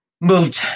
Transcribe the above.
moved